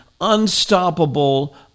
unstoppable